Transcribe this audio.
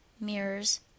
mirrors